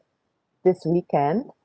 this weekend